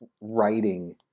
writing